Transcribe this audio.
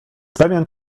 pewien